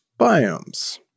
Biomes